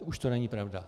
Už není pravda.